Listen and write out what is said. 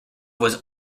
was